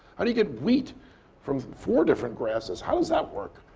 how do you get wheat from four different grasses? how does that work?